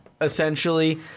Essentially